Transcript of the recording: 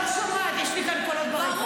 אני לא שומעת יש לי כאן קולות ברקע.